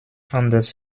anders